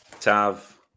Tav